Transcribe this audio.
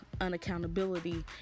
unaccountability